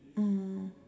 oh